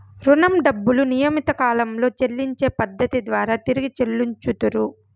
రుణం డబ్బులు నియమిత కాలంలో చెల్లించే పద్ధతి ద్వారా తిరిగి చెల్లించుతరు